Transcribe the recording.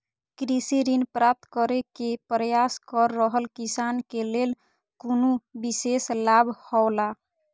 कृषि ऋण प्राप्त करे के प्रयास कर रहल किसान के लेल कुनु विशेष लाभ हौला?